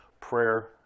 Prayer